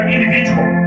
individual